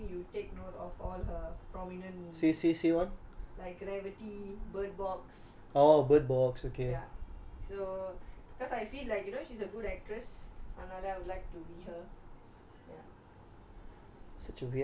she acted in many movies but I don't think you take note of all her prominent movie like gravity bird box so because I feel like you know she's a good actress அதனால:athanala I would like to be her